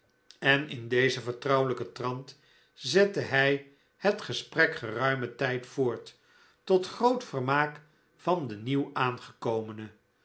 en in dezen vertrouwelijken trant zette hij het gesprek geruimen tijd voort tot groot vermaak van de nieuw aangekomene